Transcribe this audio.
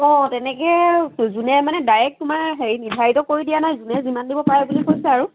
অঁ তেনেকৈ যোনে মানে ডাইৰেক্ তোমাৰ হেৰি নিৰ্ধাৰিত কৰি দিয়া নাই যোনে যিমান দিব পাৰে বুলি কৈছে আৰু